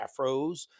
afros